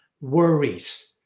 worries